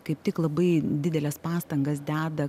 kaip tik labai dideles pastangas deda